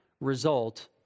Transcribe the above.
result